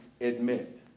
admit